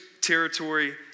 territory